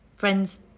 friends